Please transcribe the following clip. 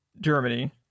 Germany